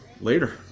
later